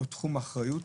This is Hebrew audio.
או תחום אחריות,